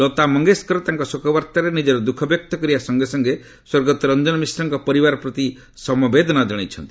ଲତା ମଙ୍ଗେସ୍କର ତାଙ୍କ ଶୋକବାର୍ତ୍ତାରେ ନିଜର ଦ୍ୟୁଖ ବ୍ୟକ୍ତ କରିବା ସଙ୍ଗେ ସଙ୍ଗେ ସ୍ୱର୍ଗତ ରଞ୍ଜନ ମିଶ୍ରଙ୍କ ପରିବାର ପ୍ରତି ସମବେଦନା ଜଣାଇଛନ୍ତି